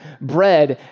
bread